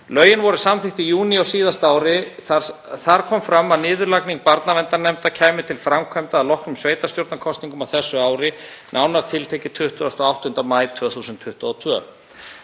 Lögin voru samþykkt í júní á síðasta ári. Þar kom fram að niðurlagning barnaverndarnefnda kæmi til framkvæmda að loknum sveitarstjórnarkosningum á þessu ári, nánar tiltekið 28. maí 2022.